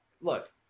Look